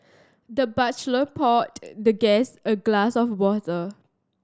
the butler poured the guest a glass of water